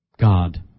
God